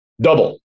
Double